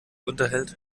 unterhält